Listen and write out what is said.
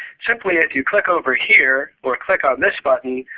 simply if you click over here, or click um this button,